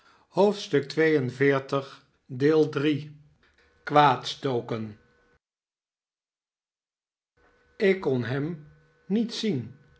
brengen ik wil hem niet zien